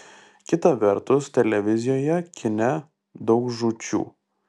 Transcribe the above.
kita vertus televizijoje kine daug žūčių